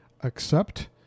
accept